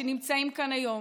שנמצאים כאן כיום,